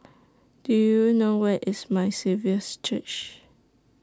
Do YOU know Where IS My Saviour's Church